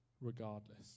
Regardless